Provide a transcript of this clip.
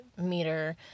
meter